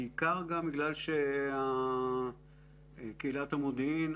בעיקר גם בגלל שקהילת המודיעין,